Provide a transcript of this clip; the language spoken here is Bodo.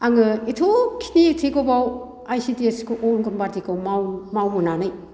आङो एथ' खिनि एथ' गोबाव आइ सि डि एस अंगनबादिखौ माव मावबोनानै